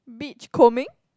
beach combing